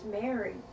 married